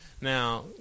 Now